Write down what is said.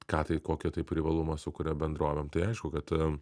ką tai kokį tai privalumą sukuria bendrovėms aišku kad